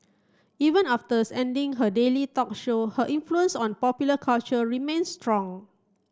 even after ending her daily talk show her influence on popular culture remain strong